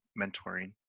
mentoring